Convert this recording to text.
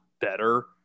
better